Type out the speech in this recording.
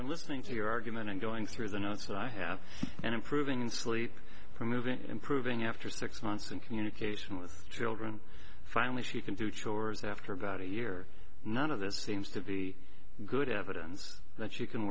been listening to your argument and going through the notes that i have and improving sleep from moving improving after six months in communication with children finally she can do chores and after about a year none of this seems to be good evidence that you can